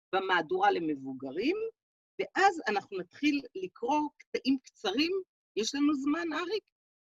במהדורה למבוגרים, ואז אנחנו נתחיל לקרוא קטעים קצרים, יש לנו זמן, אריק?